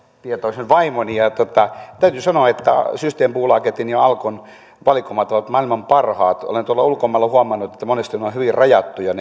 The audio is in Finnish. tietoisen vaimoni ja täytyy sanoa että systembolagetin ja alkon valikoimat ovat maailman parhaat olen tuolla ulkomailla huomannut että monesti ne viinivalikoimat ovat hyvin rajattuja